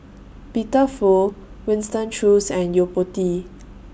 Peter Fu Winston Choos and Yo Po Tee